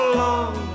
long